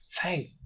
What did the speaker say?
Thank